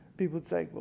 people would say,